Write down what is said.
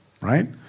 right